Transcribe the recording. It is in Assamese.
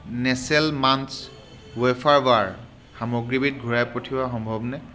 নেচ্লে মাঞ্চ ৱেফাৰ বাৰ সামগ্ৰীবিধ ঘূৰাই পঠিওৱা সম্ভৱনে